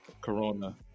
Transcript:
corona